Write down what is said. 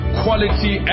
quality